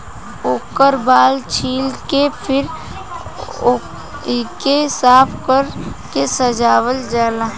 ओकर बाल छील के फिर ओइके साफ कर के सजावल जाला